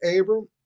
Abram